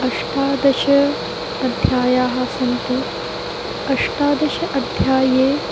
अष्टादश अध्यायाः सन्ति अष्टादशसु अध्यायेषु